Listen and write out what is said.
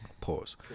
Pause